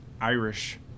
Irish